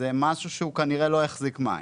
שזה משהו שכנראה לא יחזיק מים.